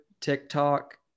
tiktok